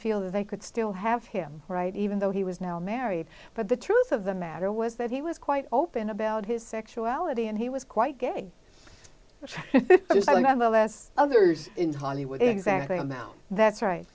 feel that they could still have him right even though he was now married but the truth of the matter was that he was quite open about his sexuality and he was quite gay i remember last others in hollywood exactly i'm out that's right